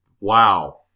Wow